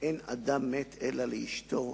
"אין אדם מת אלא לאשתו",